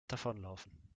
davonlaufen